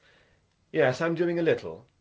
yes, i am doing a little.